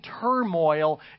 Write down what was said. turmoil